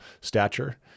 stature